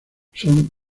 son